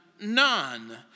none